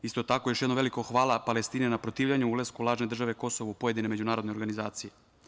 Isto tako, još jednom veliko hvala Palestini na protivljenju ulasku lažne države „Kosovo“ u pojedine međunarodne organizacije.